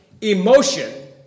emotion